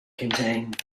contained